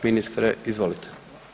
Ministre, izvolite.